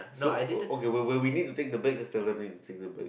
so okay wait wait we need to take a break just let me to take a break